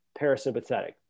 parasympathetic